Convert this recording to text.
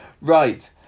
Right